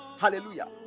Hallelujah